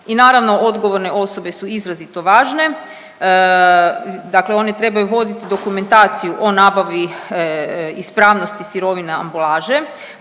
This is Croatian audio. i naravno, odgovorne osobe su izrazito važne, dakle one trebaju voditi dokumentaciju o nabavi ispravnosti sirovina ambalaže,